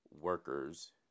workers